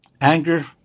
Anger